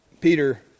Peter